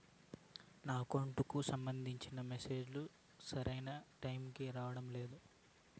నా అకౌంట్ కు సంబంధించిన మెసేజ్ లు సరైన టైము కి రావడం లేదు